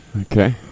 Okay